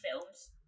films